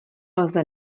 lze